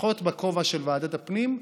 פחות בכובע של ועדת הפנים.